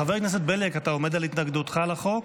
חבר הכנסת בליאק, אתה עומד על התנגדותך לחוק?